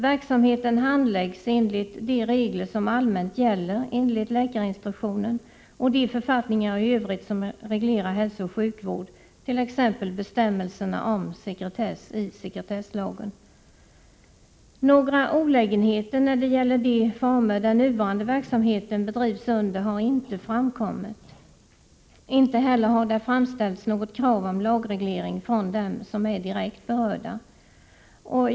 Verksamheten handläggs enligt de regler som allmänt gäller enligt läkarinstruktionen och de författningar i övrigt som reglerar hälsooch sjukvård, t.ex. bestämmelserna om sekretess i sekretesslagen. Några olägenheter när det gäller de former den nuvarande verksamheten bedrivs under har inte framkommit. Inte heller har det framställts något krav på lagreglering från dem som är direkt berörda.